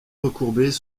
recourbés